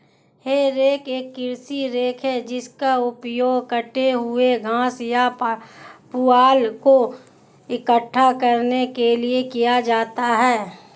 हे rake एक कृषि rake है जिसका उपयोग कटे हुए घास या पुआल को इकट्ठा करने के लिए किया जाता है